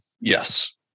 Yes